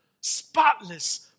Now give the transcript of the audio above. spotless